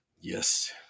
Yes